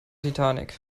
titanic